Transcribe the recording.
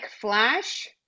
flash